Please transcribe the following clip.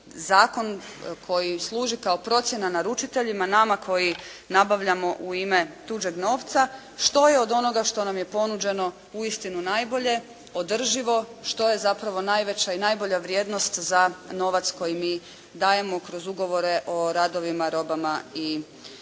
zakon koji služi kao procjena naručiteljima nama koji nabavljamo u ime tuđeg novca, što je od onoga što nam je ponuđeno uistinu najbolje, održivo, što je zapravo najveća i najbolja vrijednost za novac koji mi dajemo kroz ugovore o radovima, robama i uslugama.